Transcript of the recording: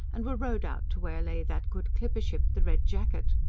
and were rowed out to where lay that good clipper-ship, the red jacket.